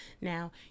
Now